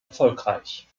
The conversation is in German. erfolgreich